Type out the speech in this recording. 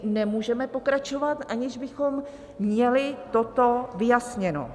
Nemůžeme pokračovat, aniž bychom měli toto vyjasněno.